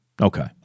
Okay